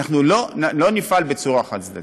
אנחנו לא נפעל בצורה חד-צדדית.